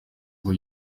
ngo